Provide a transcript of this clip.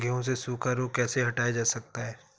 गेहूँ से सूखा रोग कैसे हटाया जा सकता है?